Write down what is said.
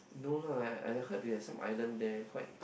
no lah I I heard they have some island there quite